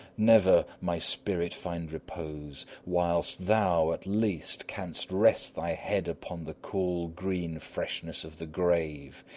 never my spirit find repose, whilst thou, at least, canst rest thy head upon the cool, green freshness of the grave.